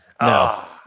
No